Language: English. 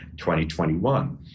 2021